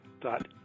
dot